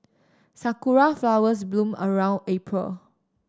sakura flowers bloom around April